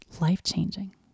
life-changing